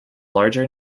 larger